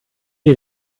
die